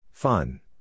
Fun